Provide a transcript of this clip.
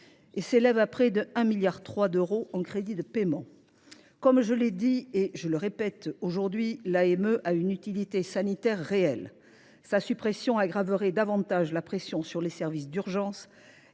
s’élèvent à près de 1,3 milliard d’euros en crédits de paiement. Comme je l’ai dit, et je le répète devant vous, l’AME a une utilité sanitaire réelle. Sa suppression aggraverait encore davantage la pression sur les services d’urgence